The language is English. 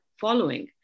following